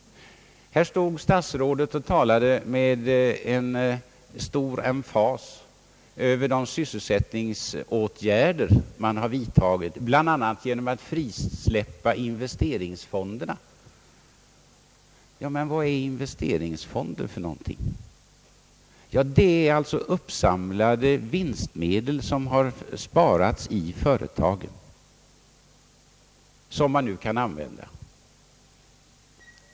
Statsrådet Johansson talade för en stund sedan med stor emfas om de sysselsättningsskapande åtgärder som regeringen har vidtagit bl.a. genom att frisläppa investeringsfonderna. Vad är investeringsfonder för någonting? Det är uppsamlade vinstmedel som har sparats i företagen och som dessa nu kan använda.